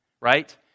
right